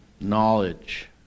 knowledge